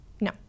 No